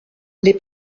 les